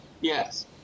Yes